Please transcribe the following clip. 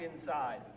inside